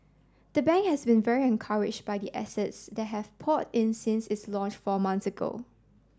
the bank has been very encouraged by the assets that have poured in since its launch four months ago